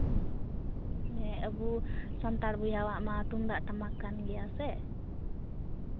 ᱦᱮᱸ ᱟᱵᱚ ᱥᱟᱱᱛᱟᱲ ᱵᱚᱭᱦᱟᱣᱟᱜ ᱢᱟ ᱛᱩᱢᱫᱟᱜ ᱴᱟᱢᱟᱠ ᱠᱟᱱ ᱜᱮᱭᱟᱥᱮ